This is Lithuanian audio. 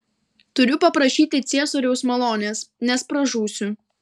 turiu paprašyti ciesoriaus malonės nes pražūsiu